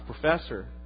professor